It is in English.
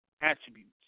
attributes